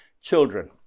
Children